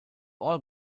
all